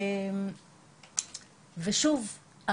ושוב,